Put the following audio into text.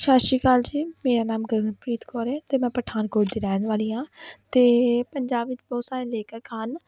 ਸਤਿ ਸ਼੍ਰੀ ਅਕਾਲ ਜੀ ਮੇਰਾ ਨਾਮ ਗਗਨਪ੍ਰੀਤ ਕੌਰ ਹੈ ਅਤੇ ਮੈਂ ਪਠਾਨਕੋਟ ਦੀ ਰਹਿਣ ਵਾਲੀ ਹਾਂ ਅਤੇ ਪੰਜਾਬ ਵਿੱਚ ਬਹੁਤ ਸਾਰੇ ਲੇਖਕ ਹਨ